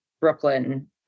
Brooklyn